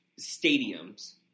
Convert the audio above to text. Stadiums